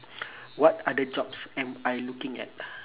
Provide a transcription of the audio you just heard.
what other jobs am I looking at